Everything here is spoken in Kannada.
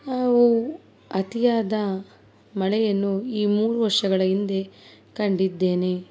ಅತಿಯಾದ ಮಳೆಯನ್ನು ಈ ಮೂರು ವರ್ಷಗಳ ಹಿಂದೆ ಕಂಡಿದ್ದೇನೆ